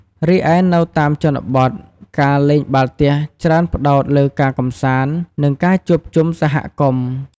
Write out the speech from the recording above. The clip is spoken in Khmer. រីឯនៅតាមជនបទ ការលេងបាល់ទះច្រើនផ្ដោតលើការកម្សាន្ត និងការជួបជុំសហគមន៍។